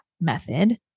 method